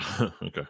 Okay